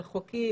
רחוקים,